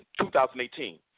2018